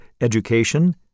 education